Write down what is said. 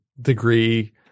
degree